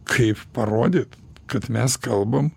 kaip parodyt kad mes kalbam